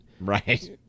Right